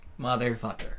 Motherfucker